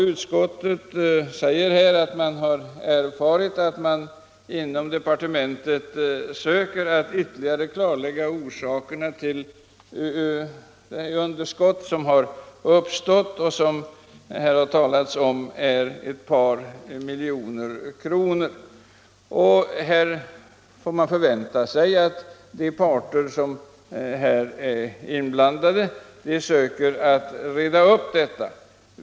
Utskottet säger i sin skrivning att utskottet erfarit att man inom departementet söker att ytterligare klarlägga orsakerna till det underskott som uppstått — det har här sagts att underskottet uppgår till ett par miljoner kronor. De parter som är inblandade får väl försöka reda upp detta.